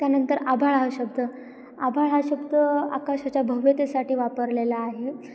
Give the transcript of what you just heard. त्यानंतर आभाळा हा शब्द आभाळ हा शब्द आकाशाच्या भव्यतेसाठी वापरलेला आहे